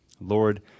Lord